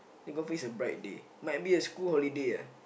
it go face a bright day might be a school holiday ah